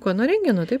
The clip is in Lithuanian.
ko nuo rentgeno taip